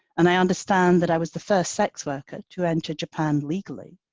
and i understand that i was the first sex worker to enter japan legally,